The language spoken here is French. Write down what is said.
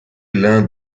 l’un